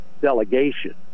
delegation